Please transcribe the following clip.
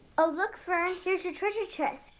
oh look fern, here's your treasure chest.